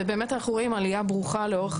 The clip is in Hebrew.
ובאמת אנחנו רואים עלייה ברוכה לאורך